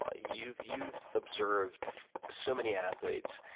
ah you've you've observed so many athletes.